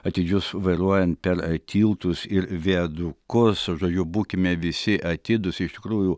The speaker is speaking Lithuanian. atidžius vairuojant per tiltus ir viadukus žodžiu būkime visi atidūs iš tikrųjų